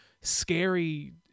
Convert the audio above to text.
scary